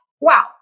wow